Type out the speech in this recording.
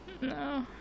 No